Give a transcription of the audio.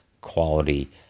quality